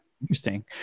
Interesting